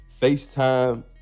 FaceTime